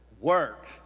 work